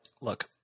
Look